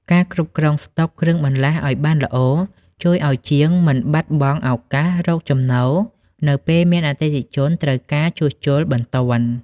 ការគ្រប់គ្រងស្តុកគ្រឿងបន្លាស់ឱ្យបានល្អ ជួយឱ្យជាងមិនបាត់បង់ឱកាសរកចំណូលនៅពេលមានអតិថិជនត្រូវការជួសជុលបន្ទាន់។